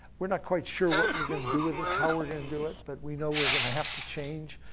we're not quite sure what we're gonna do with this, how we're gonna do it, but we know we're gonna have to change.